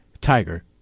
Tiger